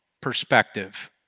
perspective